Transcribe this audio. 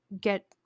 get